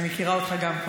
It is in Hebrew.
אני מכירה אותך גם.